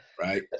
right